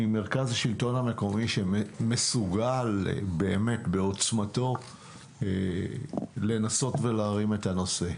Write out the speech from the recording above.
מרכז השלטון המקומי שמסוגל בעוצמתו לנסות ולהרים את הנושא.